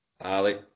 Ali